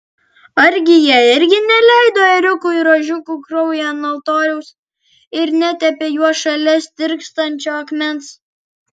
argi jie irgi neleido ėriukų ir ožiukų kraujo ant altoriaus ir netepė juo šalia stirksančio akmens